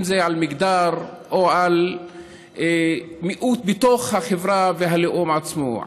אם זה מיעוט מגדרי או מיעוט בתוך החברה והלאום עצמו,